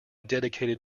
dedicated